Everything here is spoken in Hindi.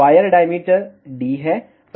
वायर डाईमीटर d है